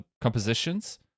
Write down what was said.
compositions